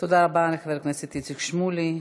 תודה רבה לחבר הכנסת איציק שמולי.